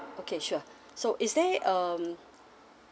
okay sure so is there um